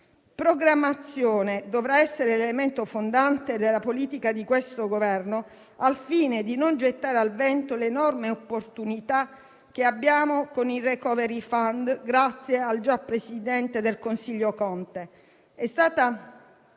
La programmazione dovrà essere l'elemento fondante della politica di questo Governo, al fine di non gettare al vento l'enorme opportunità che abbiamo con il *recovery fund* ottenuto grazie al già presidente del Consiglio Conte.